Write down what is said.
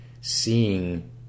seeing